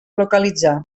localitzar